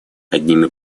одними